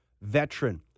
veteran